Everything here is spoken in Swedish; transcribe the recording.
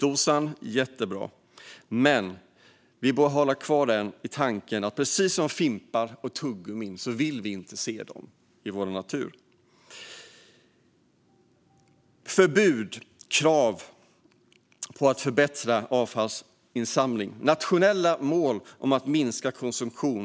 Det är jättebra. Men vi bör hålla kvar i tanken att precis som fimpar och tugggummin vill vi inte se det i vår natur. Det handlar om förbud och krav på att förbättra avfallsinsamling och nationella mål om att minska konsumtion.